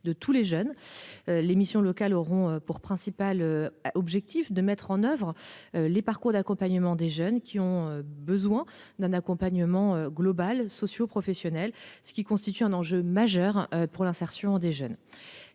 de tous les jeunes. Les missions locales auront pour principal objectif de mettre en oeuvre les parcours d'accompagnement des jeunes qui ont besoin d'un accompagnement global socio-professionnel, ce qui constitue un enjeu majeur pour l'insertion des jeunes,